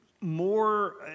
more